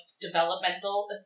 developmental